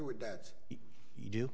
with that you